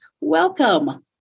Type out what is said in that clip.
Welcome